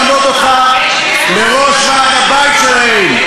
וימהרו למנות אותך לראש ועד-הבית שלהם,